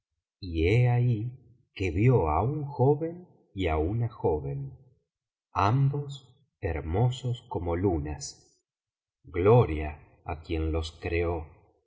he ahí que vio á un joven y á una joven biblioteca valenciana generalitat valenciana historia de dulce amiga ambos hermosos como lunas gloria á quien los creó